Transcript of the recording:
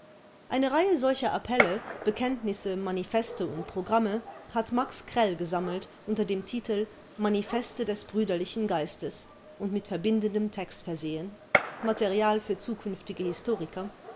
eine reihe solcher appelle bekenntnisse manifeste und programme hat max krell gesammelt unter dem titel manifeste des brüderlichen geistes und mit verbindendem text versehen material für zukünftige